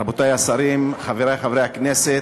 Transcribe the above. רבותי השרים, חברי חברי הכנסת,